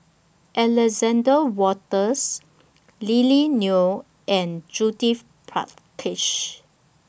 Alexander Wolters Lily Neo and Judith Prakash